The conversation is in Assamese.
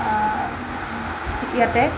ইয়াতে